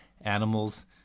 animals